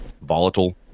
volatile